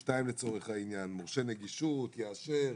משנה (2) לצורך העניין מורשה נגישות יאשר,